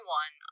one